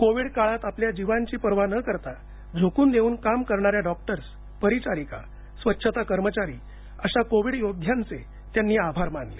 Covid काळात आपल्या जीवांची पर्वा न करता झोकून देऊन काम करणाऱ्या डॉक्टर्स परिचारिका स्वच्छता कर्मचारी अशा कोविड योद्ध्यांचे त्यांनी आभार मानले